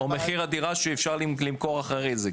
או מחיר הדירה שהוא יכול למכור אחרי זה.